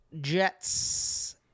Jets